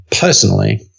Personally